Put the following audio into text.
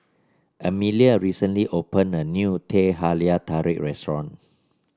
Emelia recently opened a new Teh Halia Tarik restaurant